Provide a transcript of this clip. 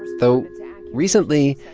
though recently,